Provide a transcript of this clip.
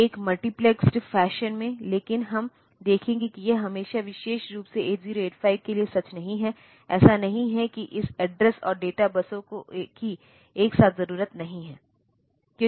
तो एक multiplexed fashion में लेकिन हम देखेंगे कि यह हमेशा विशेष रूप से 8085 के लिए सच नहीं है ऐसा नहीं है कि इस एड्रेस और डेटा बसों की एक साथ जरूरत नहीं है